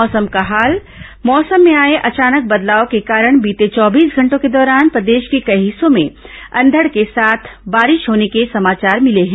मौसम मौसम में आए अचानक बदलाव के कारण बीते चौबीस घंटो के दौरान प्रदेश के कई हिस्सों में अंघड के साथ बारिश होने के समाचार मिले हैं